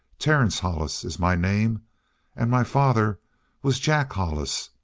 terence hollis is my name and my father was jack hollis,